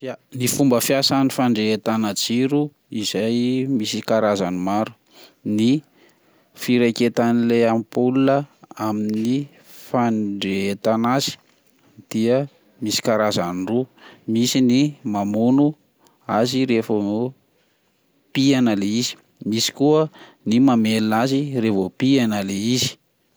Ya, fomba fiasan'ny fandretana jiro izay misy karazany maro ny firaiketan'ny le ampola amin'ny fandrehetana azy ,dia misy karazany roa misy ny mamono azy revo pihana le izy, misy koa ny mamelona azy revo pihana le izy.